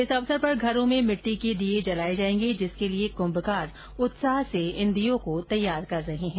इस अवसर पर घरो में मिट्टी के दीए जलाए जाएंगे जिसके लिए कुम्भकार उत्साह से इन दीयों को तैयार कर रहे हैं